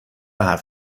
حرف